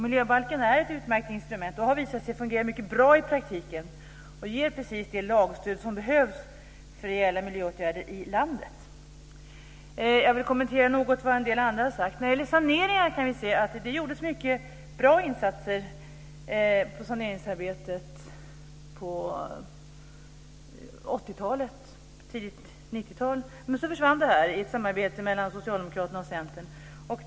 Miljöbalken är ett utmärkt instrument som visat sig fungera mycket bra i praktiken och ger precis det lagstöd som behövs för rejäla miljöåtgärder i landet. Jag vill kommentera något vad en del andra har sagt. När det gäller saneringen kan vi se att det gjordes mycket bra insatser på saneringsarbetet på 80 talet och tidigt 90-tal, men sedan försvann de i ett samarbete mellan Socialdemokraterna och Centern.